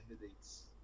candidates